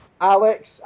Alex